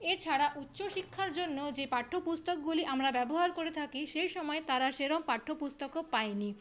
এছাড়া উচ্চশিক্ষার জন্য যে পাঠ্যপুস্তকগুলি আমরা ব্যবহার করে থাকি সেই সময় তারা সেরকম পাঠ্যপুস্তকও পায়নি